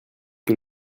que